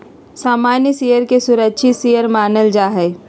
सामान्य शेयर के सुरक्षित शेयर मानल जा हय